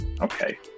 Okay